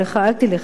אל תלך לשם,